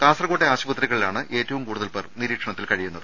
കാസർകോട്ടെ ആശുപത്രികളിലാണ് ഏറ്റവും കൂടുതൽ പേർ നിരീക്ഷണത്തിൽ കഴിയുന്നത്